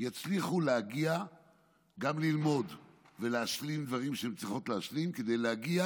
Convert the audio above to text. יצליחו להגיע גם ללמוד ולהשלים דברים שהן צריכות להשלים כדי להגיע